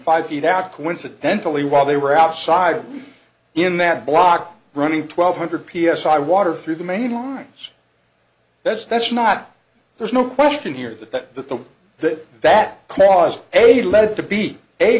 five feet out coincidentally while they were outside in that block running twelve hundred p s i i water through the main lines that's that's not there's no question here that that the that that caused a lead to be